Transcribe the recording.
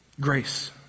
Grace